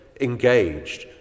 engaged